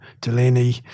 Delaney